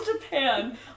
Japan